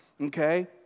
okay